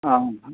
অঁ